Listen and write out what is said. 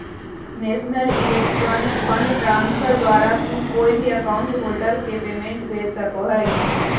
national electronic fund transfer द्वारा तू कोय भी अकाउंट होल्डर के पेमेंट भेज सको हो